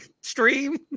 stream